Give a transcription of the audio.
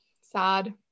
Sad